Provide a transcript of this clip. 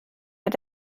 mit